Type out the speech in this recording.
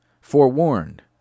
forewarned